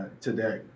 today